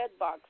Redbox